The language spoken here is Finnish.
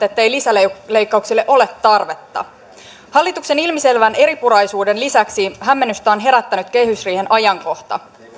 ettei lisäleikkauksille ole tarvetta hallituksen ilmiselvän eripuraisuuden lisäksi hämmennystä on herättänyt kehysriihen ajankohta